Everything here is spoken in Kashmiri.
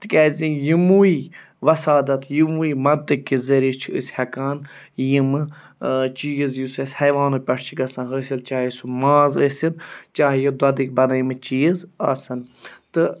تِکیٛازِ یِموُے وَسادَت یِموُے مَدتہٕ کہِ ضٔریہِ چھِ أسۍ ہٮ۪کان یِمہٕ چیٖز یُس اَسہِ حیوانو پٮ۪ٹھ چھِ گژھان حٲصِل چاہے سُہ ماز ٲسِن چاہے یہِ دۄدٕکۍ بَنٲیمٕتۍ چیٖز آسَن تہٕ